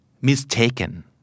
mistaken